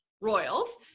royals